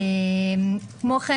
כמו כן,